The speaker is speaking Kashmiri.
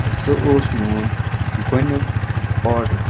تہٕ سُہ اوس میون گۄڈٕنیُک آرڈر